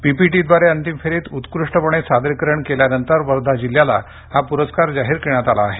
पीपीटीद्वारे अंतीम फेरीत उत्कृष्टपणे सादरीकरण केल्यानंतर वर्धा जिल्ह्याला हा प्रस्कार जाहीर करण्यात आला आहे